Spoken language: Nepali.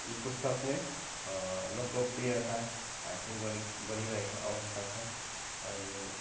यी पुस्तकले लोकप्रियता हासिल गरे गरिरहेको अवस्था छ अहिले